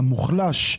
המוחלש,